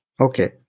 Okay